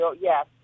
yes